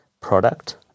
Product